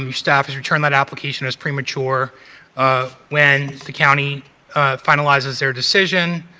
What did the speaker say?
um staff has returned that application as premature ah when the county finalizes their decision